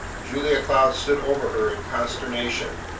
julia cloud stood over her in consternation,